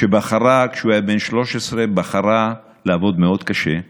כשהוא היה בן 13 היא בחרה לעבוד מאוד קשה.